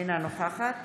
אינה נוכחת